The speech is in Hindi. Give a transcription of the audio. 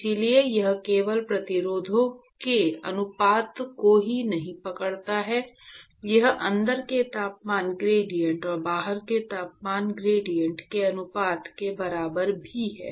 इसलिए यह केवल प्रतिरोधों के अनुपात को ही नहीं पकड़ता है यह अंदर के तापमान ग्रेडिएंट और बाहर के तापमान ग्रेडिएंट के अनुपात के बराबर भी है